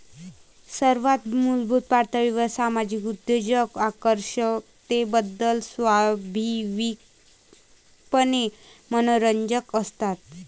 सर्वात मूलभूत पातळीवर सामाजिक उद्योजक आकर्षकतेबद्दल स्वाभाविकपणे मनोरंजक असतात